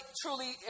truly